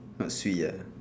not swee ah